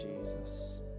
Jesus